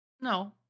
No